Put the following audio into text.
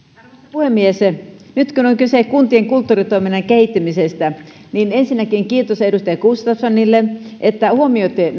puhemies nyt kun on kyse kuntien kulttuuritoiminnan kehittämisestä niin ensinnäkin kiitos edustaja gustafssonille että huomioitte